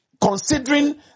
considering